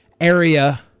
area